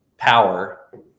power